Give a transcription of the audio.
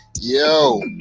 yo